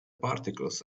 particles